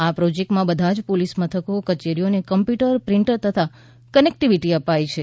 આ પ્રોજેક્ટમાં બધા જ પોલીસ મથકો કચેરીઓને કમ્પ્યૂટર પ્રિન્ટર તથા કનેક્ટીવીટી અપાઈ છે